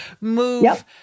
move